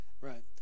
right